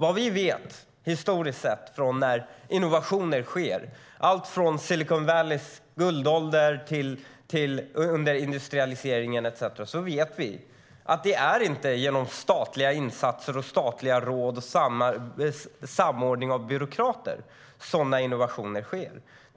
Vad vi historiskt sett vet om hur innovationer sker - det gäller alltifrån Silicon Valleys guldålder till industrialiseringen etcetera - är att det inte är genom statliga insatser, statliga råd och samordning av byråkrater innovationer sker,